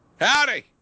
Howdy